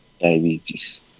diabetes